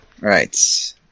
Right